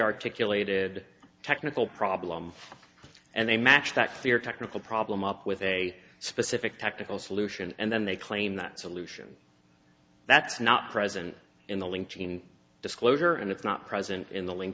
articulated technical problem and they match that clear technical problem up with a specific technical solution and then they claim that solution that's not present in the link gene disclosure and it's not present in the link